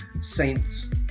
saints